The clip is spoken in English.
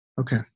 Okay